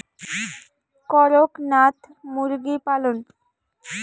করকনাথ মুরগি পালন?